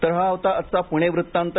तर हा होता आजचा पुणे वृत्तांत